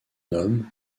homme